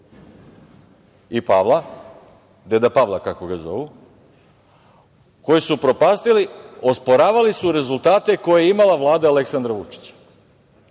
i Pavla, deda Pavla, kako ga zovu, koji su upropastili, osporavali su rezultate koje je imala Vlada Aleksandra Vučića.